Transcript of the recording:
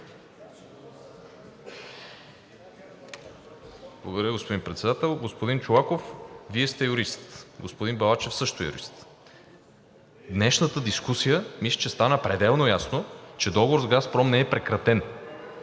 Благодаря, господин Председател. Господин Чолаков, Вие сте юрист, господин Балачев също е юрист. В днешната дискусия мисля, че стана пределно ясно, че Договорът с „Газпром“ не е прекратен.